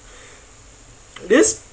this